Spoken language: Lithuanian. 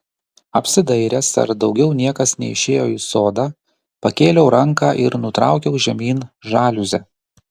apsidairęs ar daugiau niekas neišėjo į sodą pakėliau ranką ir nutraukiau žemyn žaliuzę